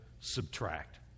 subtract